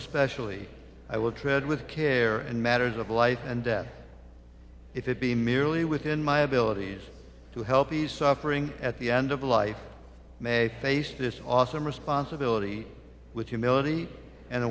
especially i will tread with care and matters of life and death if it be merely within my abilities to help ease suffering at the end of life may face this awesome responsibility with humility and